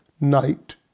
night